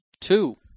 Two